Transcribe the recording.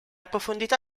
profondità